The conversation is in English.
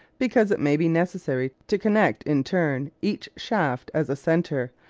because it may be necessary to connect in turn each shaft, as a centre,